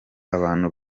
abantu